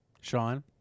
Sean